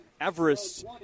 Everest